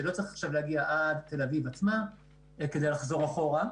שהוא לא צריך עכשיו להגיע עד תל אביב כדי לחזור אחורה,